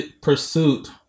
pursuit